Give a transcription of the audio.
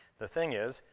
the thing is,